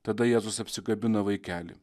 tada jėzus apsikabina vaikelį